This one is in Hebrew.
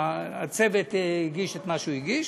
הצוות הגיש את מה שהוא הגיש,